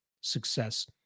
success